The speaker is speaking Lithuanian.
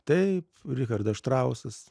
taip richardas štrausas